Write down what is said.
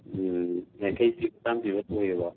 ꯎꯝ ꯌꯥꯡꯈꯩ ꯄꯤꯕ ꯆꯥꯝ ꯄꯤꯕ ꯑꯣꯏꯌꯦꯕ